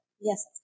Yes